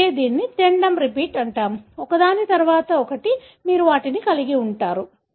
అందుకే దీనిని tandem repeat అంటారు ఒకదాని తరువాత ఒకటి మీరు వాటిని కలిగి ఉంటారు